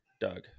Doug